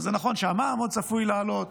אז זה נכון שהמע"מ עוד צפוי לעלות,